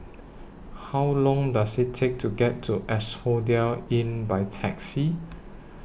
How Long Does IT Take to get to Asphodel Inn By Taxi